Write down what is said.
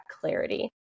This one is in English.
clarity